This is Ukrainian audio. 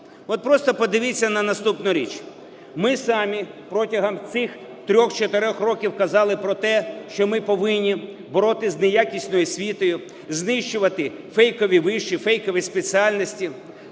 От просто подивіться на наступну річ. Ми самі протягом цих 3-4 років казали про те, що ми повинні боротися з неякісною освітою, знищуватифейкові виші, фейкові спеціальності,